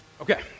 Okay